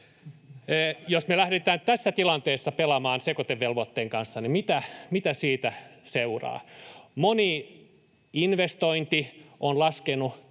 Jos me lähdetään tässä tilanteessa pelaamaan sekoitevelvoitteen kanssa, mitä siitä seuraa? Moni investointi on laskenut